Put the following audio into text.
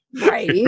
right